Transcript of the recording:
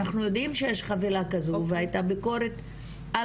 אנחנו יודיעם שיש חבילה כזו והייתה ביקורת על